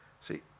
See